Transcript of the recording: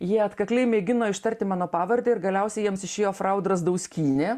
jie atkakliai mėgino ištarti mano pavardę ir galiausiai jiems išėjo frau drazdauskynė